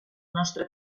nostre